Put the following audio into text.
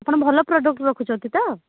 ଆପଣ ଭଲ ପ୍ରଡକ୍ଟ ରଖୁଛନ୍ତି ତ